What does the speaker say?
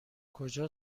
کجا